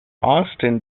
austin